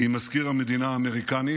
עם מזכיר המדינה האמריקני